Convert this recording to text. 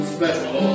Special